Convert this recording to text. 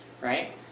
right